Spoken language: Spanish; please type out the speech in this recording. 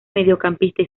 mediocampista